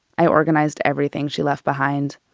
i organized everything she left behind.